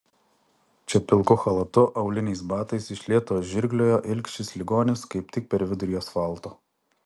čia pilku chalatu auliniais batais iš lėto žirgliojo ilgšis ligonis kaip tik per vidurį asfalto